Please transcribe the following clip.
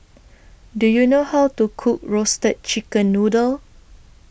Do YOU know How to Cook Roasted Chicken Noodle